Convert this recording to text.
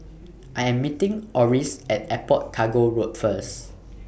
I Am meeting Orris At Airport Cargo Road First